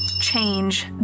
change